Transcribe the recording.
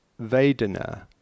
vedana